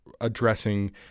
addressing